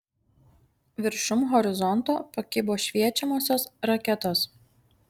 viršum horizonto pakibo šviečiamosios raketos